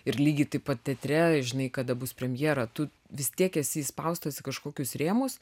ir lygiai taip pat teatre žinai kada bus premjera tu vis tiek esi įspaustas į kažkokius rėmus